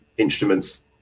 Instruments